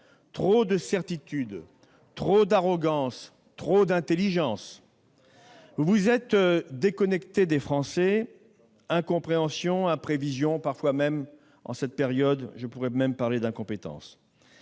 Trop de certitudes, trop d'arrogance, trop d'intelligence ... Vous êtes déconnectés des Français : incompréhension, imprévision et, en cette période, on pourrait même parler d'incompétence.